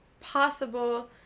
possible